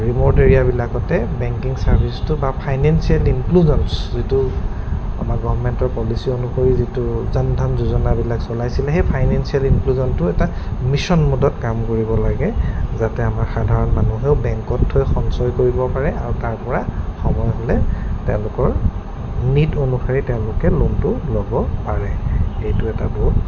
remote এৰিয়াবিলাকতে banking চাৰ্ভিছটো বা ফাইনেন্সিয়েল ইনক্লুজনছ যিটো আমাৰ গভমেণ্টৰ পলিচি অনুসৰি যিটো জন ধন যোজনাবিলাক চলাইছিলে সেই ফাইনেন্সিয়েল ইনক্লোজনটো এটা মিছন মদত কাম কৰিব লাগে যাতে আমাৰ সাধাৰণ মানুহেও বেংকত থৈ সঞ্চয় কৰিব পাৰে আৰু তাৰপৰা সময় হ'লে তেওঁলোকৰ নীট অনুসৰি তেওঁলোকে লোনটো ল'ব পাৰে এইটো এটা বহুত ডাঙৰ কথা